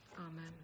Amen